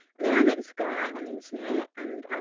and then i met this guy on the internet and, um,